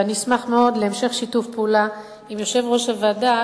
ואני אשמח מאוד להמשך שיתוף פעולה עם יושב-ראש הוועדה,